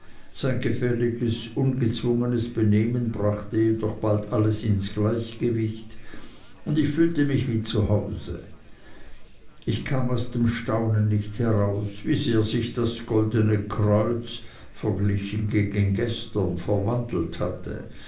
sein gefälliges ungezwungnes benehmen brachte jedoch bald alles ins gleichgewicht und ich fühlte mich wie zu hause ich kam aus dem staunen nicht heraus wie sehr sich das goldne kreuz verglichen gegen gestern verwandelt hatte